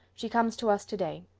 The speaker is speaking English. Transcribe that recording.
she comes to us to-day.